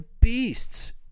beasts